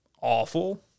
awful